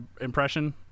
impression